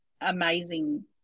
amazing